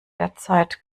derzeit